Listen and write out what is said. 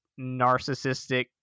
narcissistic